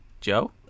Joe